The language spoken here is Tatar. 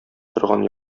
торган